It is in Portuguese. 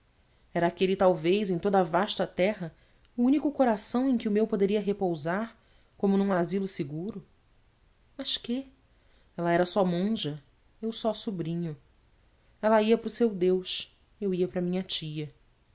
era aquele talvez em toda a vasta terra o único coração em que o meu poderia repousar como num asilo seguro mas quê ela era só monja eu só sobrinho ela ia para o seu deus eu ia para a minha tia